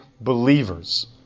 believers